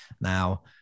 Now